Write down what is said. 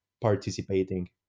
participating